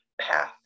path